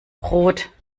brot